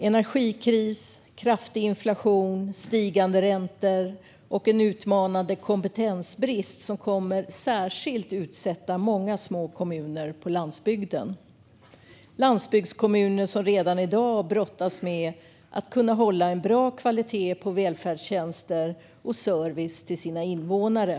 Energikris, kraftig inflation, stigande räntor och utmanande kompetensbrist kommer särskilt att utsätta många små landsbygdskommuner som redan i dag brottas med att kunna hålla en bra kvalitet på välfärdstjänster och service till sina invånare.